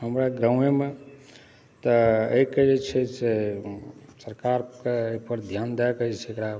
हमरा गाँवेमे तऽ एहिके जे छै से सरकारके एहिपर ध्यान दै कए छै एकरा